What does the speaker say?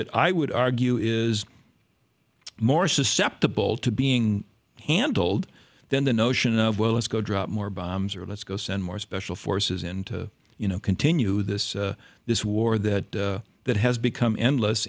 that i would argue is more susceptible to being handled than the notion of well let's go drop more bombs or let's go send more special forces into you know continue this this war that that has become endless